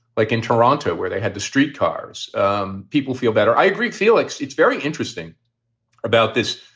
like in toronto where they had the street cars um people feel better. i agree, felix. it's very interesting about this.